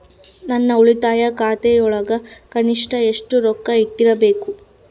ನನ್ನ ಉಳಿತಾಯ ಖಾತೆಯೊಳಗ ಕನಿಷ್ಟ ಎಷ್ಟು ರೊಕ್ಕ ಇಟ್ಟಿರಬೇಕು?